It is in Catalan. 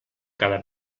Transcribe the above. cada